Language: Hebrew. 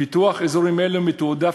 פיתוח אזורים אלה מתועדף,